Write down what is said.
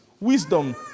wisdom